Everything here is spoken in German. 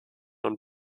und